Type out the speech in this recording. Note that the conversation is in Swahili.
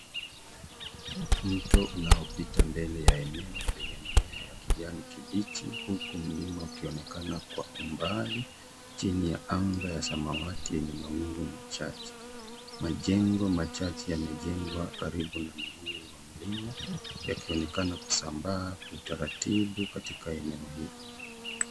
Mto unaopita mbele ya eneo lenye mimea ya kijani kibichi, huku mlima ukionekana kwa umbali, chini ya anga ya samawati yenye mawingu machache. Majengo machache yamejengwa karibu na mguu wa mlima, yakionekana kusambaa kwa utaratibu katika eneo hilo.